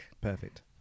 Perfect